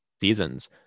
seasons